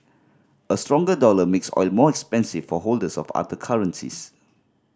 a stronger dollar makes oil more expensive for holders of other currencies